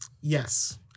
Yes